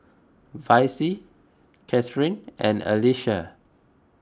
Vicy Kathryn and Alyssia